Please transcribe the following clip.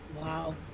wow